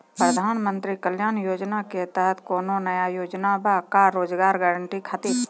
प्रधानमंत्री कल्याण योजना के तहत कोनो नया योजना बा का रोजगार गारंटी खातिर?